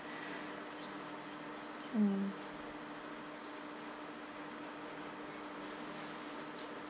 mm